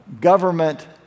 government